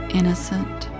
innocent